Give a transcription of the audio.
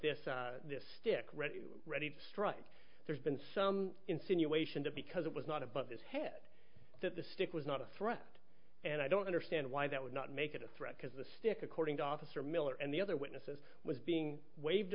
with this stick ready ready to strike there's been some insinuation that because it was not above his head the stick was not a threat and i don't understand why that would not make it a threat because the stick according to officer miller and the other witnesses was being waved